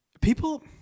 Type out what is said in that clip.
People